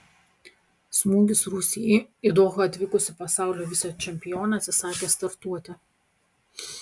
smūgis rusijai į dohą atvykusi pasaulio vicečempionė atsisakė startuoti